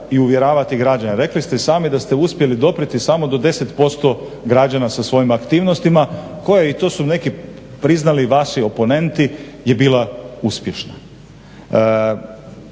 i uvjeravati građane. Rekli ste i sami da ste uspjeli doprijeti samo do 10% građana sa svojim aktivnostima koje i to su neki priznali vaši oponenti je bila uspješna.